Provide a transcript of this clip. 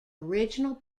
original